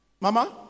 Mama